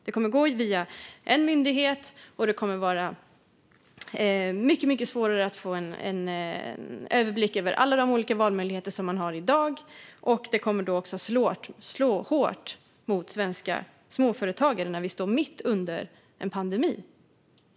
Det kommer att gå via en myndighet, och det kommer att vara mycket svårare att få en överblick över alla de olika valmöjligheter som man har i dag. Det kommer också att slå hårt mot svenska småföretagare när vi står mitt i en pandemi.